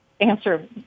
Answer